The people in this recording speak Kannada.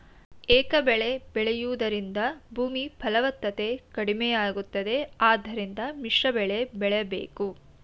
ಏಕಬೆಳೆ ಬೆಳೆಯೂದರಿಂದ ಭೂಮಿ ಫಲವತ್ತತೆ ಕಡಿಮೆಯಾಗುತ್ತದೆ ಆದ್ದರಿಂದ ಮಿಶ್ರಬೆಳೆ ಬೆಳೆಯಬೇಕು